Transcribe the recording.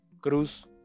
Cruz